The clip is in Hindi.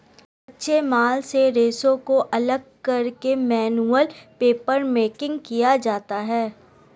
कच्चे माल से रेशों को अलग करके मैनुअल पेपरमेकिंग किया जाता है